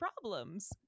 problems